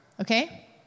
okay